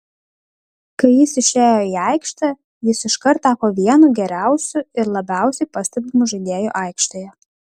kai jis išėjo į aikštę jis iškart tapo vienu geriausiu ir labiausiai pastebimu žaidėju aikštėje